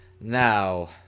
Now